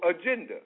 agenda